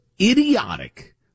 idiotic